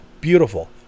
Beautiful